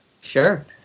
Sure